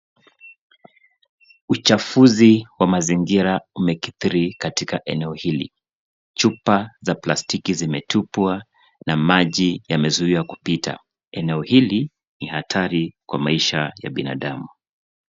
Uchafuzi wa mazingira umekidhiri katika eneo hili chupa za plastiki zimetupwa na maji yaemzuiwa kupita eneo hili ni hatari kwa maisha ya binadamu.